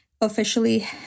officially